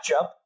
matchup